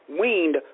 weaned